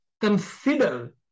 consider